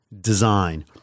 design